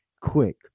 quick